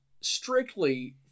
strictly